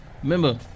Remember